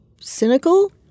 cynical